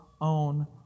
own